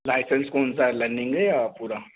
licence कौन सा है लर्निंग है या पूरा